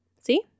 See